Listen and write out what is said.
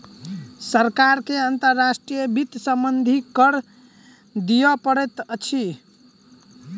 सरकार के अंतर्राष्ट्रीय वित्त सम्बन्धी कर दिअ पड़ैत अछि